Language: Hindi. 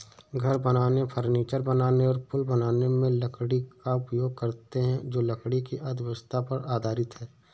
घर बनाने, फर्नीचर बनाने और पुल बनाने में लकड़ी का उपयोग करते हैं जो लकड़ी की अर्थव्यवस्था पर आधारित है